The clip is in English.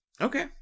Okay